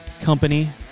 Company